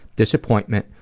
disappointment,